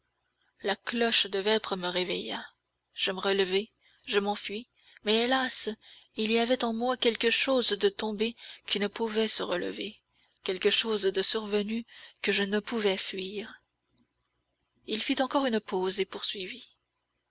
la cloche de vêpres me réveilla je me relevai je m'enfuis mais hélas il y avait en moi quelque chose de tombé qui ne pouvait se relever quelque chose de survenu que je ne pouvais fuir il fit encore une pause et poursuivit